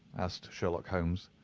asked sherlock holmes.